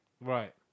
Right